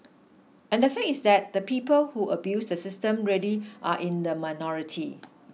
and the fact is that the people who abuse the system really are in the minority